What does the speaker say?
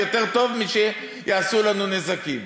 יותר טוב משיעשו לנו נזקים.